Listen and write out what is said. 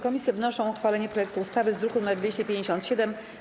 Komisje wnoszą o uchwalenie projektu ustawy z druku nr 257.